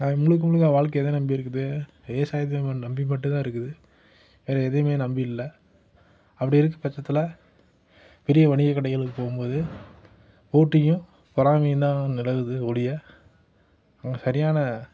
அவன் முழுக்க முழுக்க அவன் வாழ்க்கை எதை நம்பி இருக்குது விவசாயத்தை அவன் நம்பி மட்டும் தான் இருக்குது வேற எதையுமே நம்பி இல்லை அப்படி இருக்கும் பட்சத்தில் பெரிய வணிகக்கடைகளுக்கு போகும் போது போட்டியும் பொறாமையும் தான் நிலவுது ஒழிய அவன் சரியான